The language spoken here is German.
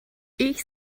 ich